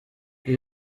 ibi